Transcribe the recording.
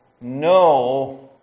no